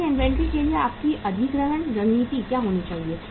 इसलिए इन्वेंट्री के लिए आपकी अधिग्रहण रणनीति क्या होनी चाहिए